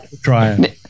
trying